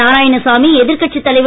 நாராயணசாமி எதிர்கட்சித் கலைர்